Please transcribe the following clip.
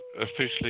officially